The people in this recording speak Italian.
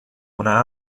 una